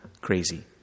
crazy